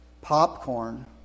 popcorn